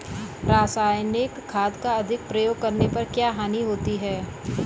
रासायनिक खाद का अधिक प्रयोग करने पर क्या हानि होती है?